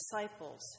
disciples